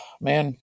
man